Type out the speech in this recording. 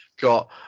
got